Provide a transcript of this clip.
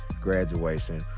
graduation